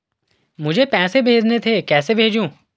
मुझे पैसे भेजने थे कैसे भेजूँ?